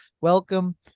welcome